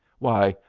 why,